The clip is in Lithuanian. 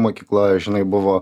mokykla žinai buvo